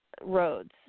roads